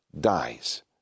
dies